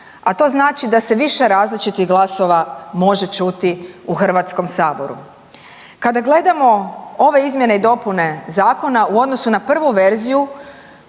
A to znači da se više različitih glasova može čuti u Hrvatskom saboru. Kada gledamo ove izmjene i dopune zakona u odnosu na prvu verziju